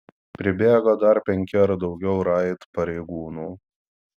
pribėgo dar penki ar daugiau raid pareigūnų